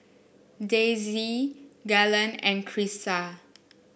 Daisye Galen and Krysta